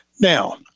Now